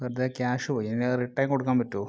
വെറുതെ ക്യാഷ് പോയി ഇനി റിട്ടേൺ കൊടുക്കാൻ പറ്റുമോ